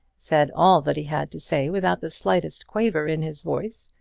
said all that he had to say without the slightest quaver in his voice,